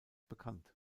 bekannt